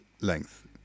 length